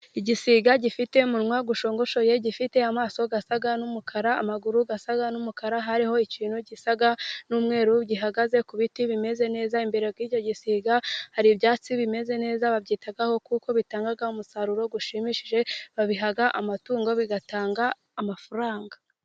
Igisiga gifite umunwa gushongoshoye , gifite amaso gasa n'umukara. Amaguru asa n'umukara. Hariho ikintu gisa n'umweru gihagaze ku biti bimeze neza. Imbere y'igisiga hari ibyatsi bimeze neza. Babyitaho kuko bitanga umusaruro ushimishije. Babiha amatungo bigatanga amafaranga.